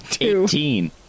Eighteen